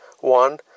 One